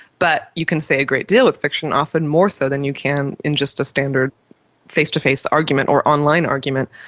but you can say a great deal with fiction, often more so than you can in just a standard face-to-face argument or online argument.